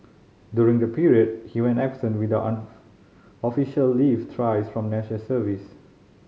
during that period he went absent without an official leave thrice from National Service